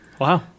Wow